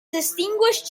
distinguished